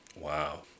Wow